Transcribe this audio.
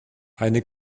eine